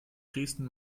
dresden